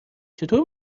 چطور